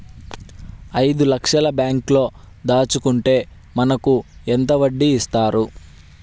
ఐదు లక్షల బ్యాంక్లో దాచుకుంటే మనకు ఎంత వడ్డీ ఇస్తారు?